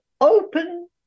open